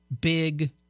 big